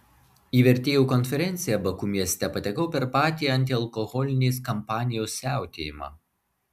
į vertėjų konferenciją baku mieste patekau per patį antialkoholinės kampanijos siautėjimą